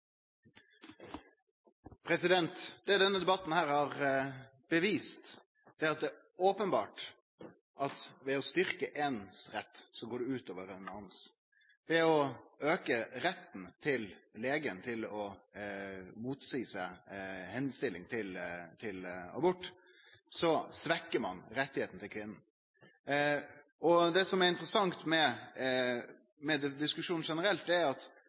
at det er openbert at ved å styrkje retten til éin, så går det ut over retten til ein annan. Når ein aukar retten til legen til å motsetje seg tilvising til abort, så svekkjer ein retten til kvinna. Det som er interessant med denne diskusjonen generelt, kan uttrykkjast i eit fråsegn som eg kom på, om at